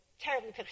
terribly